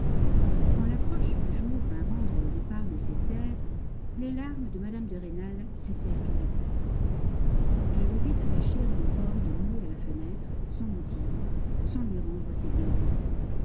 quand l'approche du jour vint rendre le départ nécessaire les larmes de mme de rênal cessèrent tout à fait elle le vit attacher une corde nouée à la fenêtre sans mot dire sans lui rendre ses baisers